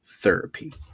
therapy